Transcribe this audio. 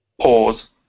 pause